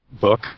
book